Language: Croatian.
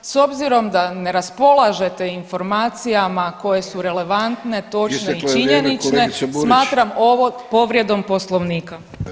S obzirom da ne raspolažete informacijama koje su relevantne, točne i činjenične [[Upadica: Isteklo je vrijeme kolegice Burić.]] smatram ovo povredom Poslovnika.